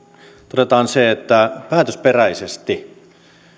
todetaan se että päätösperäisesti